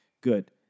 Good